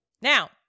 Now